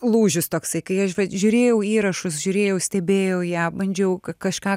lūžis toksai kai aš žiūrėjau įrašus žiūrėjau stebėjau ją bandžiau kažką